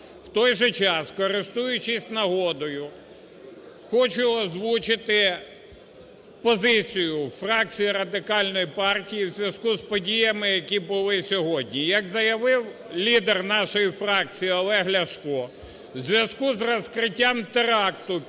В той же час, користуючись нагодою, хочу озвучити позицію фракції Радикальної партії в зв'язку з подіями, які були сьогодні. Як заявив лідер нашої фракції Олег Ляшко, в зв'язку із розкриттям теракту